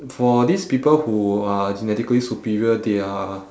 for these people who are genetically superior they are